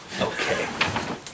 Okay